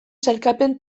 sailkapen